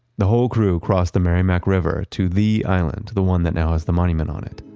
the whole crew crossed the merrimack river to the island, the one that now has the monument on it.